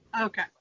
Okay